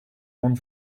one